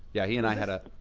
yeah, he and i had a